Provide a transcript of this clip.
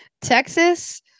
Texas